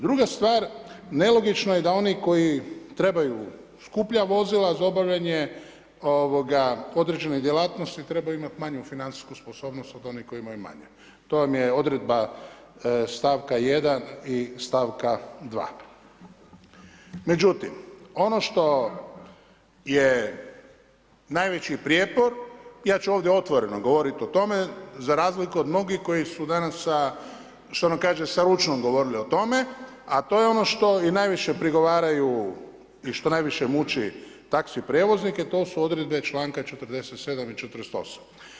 Druga stvar, nelogično je da oni koji trebaju skuplja vozila za obavljanje određenih djelatnosti trebaju imati manju financijsku sposobnost od onih koji imaju manje, to vam je odredba stavka 1. i stavka 2. Međutim, ono što je najveći prijepor, ja ću ovdje otvoreno govoriti o tome za razliku od mnogih koji su danas sa što ono kaže sa ručnom govorili o tome a to je ono što i najviše prigovaraju i što najviše muči taxi prijevoznike, to su odredbe članka 47. i 48.